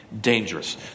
dangerous